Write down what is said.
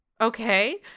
Okay